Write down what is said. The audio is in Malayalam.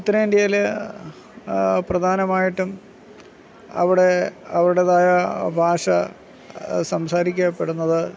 ഉത്തര ഇന്ത്യയിൽ പ്രധാനമായിട്ടും അവിടെ അവരുടേതായ ഭാഷ സംസാരിക്കപ്പെടുന്നത്